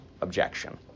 objection